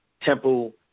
Temple